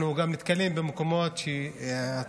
אנחנו גם נתקלים במקומות ציבוריים,